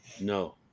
No